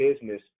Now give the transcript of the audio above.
business